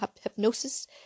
hypnosis